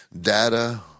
data